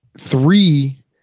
three